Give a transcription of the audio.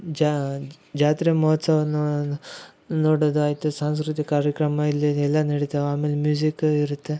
ಜಾ ಜಾತ್ರೆ ಮಹೋತ್ಸವನ್ನು ನೋಡದು ಆಯಿತು ಸಾಂಸ್ಕೃತಿಕ ಕಾರ್ಯಕ್ರಮ ಇಲ್ಲಿ ಎಲ್ಲಾ ನಡೀತಾವೆ ಆಮೇಲೆ ಮ್ಯೂಸಿಕ್ ಇರುತ್ತೆ